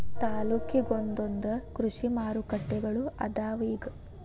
ತಾಲ್ಲೂಕಿಗೊಂದೊಂದ ಕೃಷಿ ಮಾರುಕಟ್ಟೆಗಳು ಅದಾವ ಇಗ